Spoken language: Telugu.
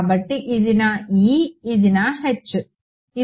కాబట్టి ఇది నా E ఇది నా H